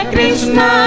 Krishna